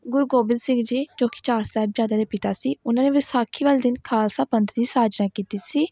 ਗੁਰੂ ਗੋਬਿੰਦ ਸਿੰਘ ਜੀ ਜੋ ਕਿ ਚਾਰ ਸਾਹਿਬਜ਼ਾਦਿਆਂ ਦੇ ਪਿਤਾ ਸੀ ਉਹਨਾਂ ਨੇ ਵਿਸਾਖੀ ਵਾਲੇ ਦਿਨ ਖਾਲਸਾ ਪੰਥ ਦੀ ਸਾਜਨਾ ਕੀਤੀ ਸੀ